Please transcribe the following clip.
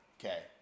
Okay